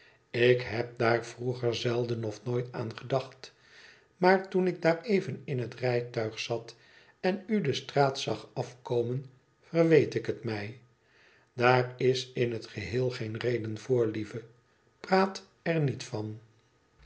ik heb daar roeger zelden of nooit aan gedacht maar toen ik daar even in het rijtuig zat en u de straat zag afkomen verweet ik het mij daar is in het geheel geen reden voor lieve praat er niet van